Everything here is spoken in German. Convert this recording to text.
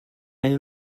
deine